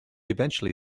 eventually